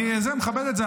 אני מכבד את זה.